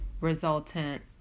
resultant